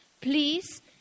Please